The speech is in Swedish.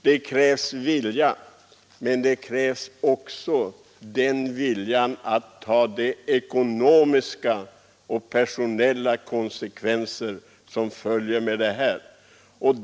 Det krävs inte bara vilja, utan också viljan att ta de ekonomiska och personella konsekvenser som följer med reformen.